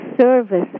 service